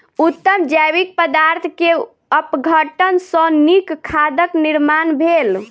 उत्तम जैविक पदार्थ के अपघटन सॅ नीक खादक निर्माण भेल